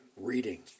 reading